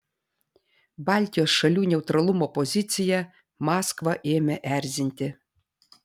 baltijos šalių neutralumo pozicija maskvą ėmė erzinti